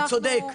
הוא צודק.